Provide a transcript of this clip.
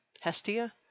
Hestia